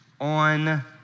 On